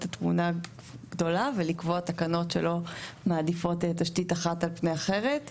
התמונה הגדולה ולקבוע תקנות שלא מעדיפות תשתית אחת על פני אחרת.